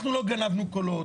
אנחנו לא גנבנו קולות,